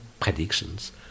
predictions